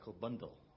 bundle